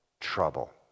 trouble